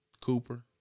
Cooper